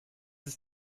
ist